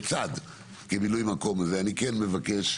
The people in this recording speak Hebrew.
כמילוי מקום, אני כן מבקש,